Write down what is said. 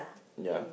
ya